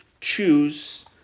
choose